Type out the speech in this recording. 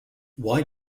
why